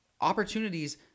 opportunities